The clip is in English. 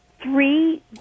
Three